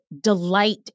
delight